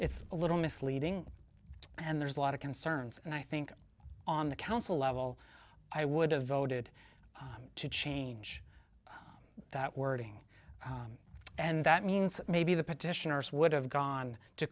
it's a little misleading and there's a lot of concerns and i think on the council level i would have voted to change that wording and that means maybe the petitioners would have gone to